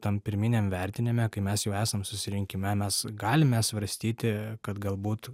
tam pirminiam vertinime kai mes jau esam susirinkime mes galime svarstyti kad galbūt